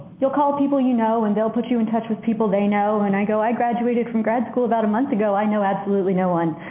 you'll call people you know and they'll put you in touch with people they know. and i go i graduated from grad school about a month ago. i know absolutely no one.